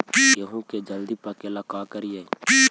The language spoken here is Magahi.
गेहूं के जल्दी पके ल का करियै?